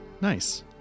Nice